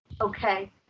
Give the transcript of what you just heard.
okay